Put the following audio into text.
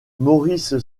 maurice